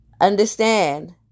understand